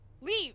Leave